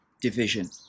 division